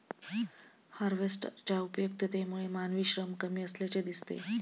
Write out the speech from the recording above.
हार्वेस्टरच्या उपयुक्ततेमुळे मानवी श्रम कमी असल्याचे दिसते